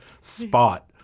spot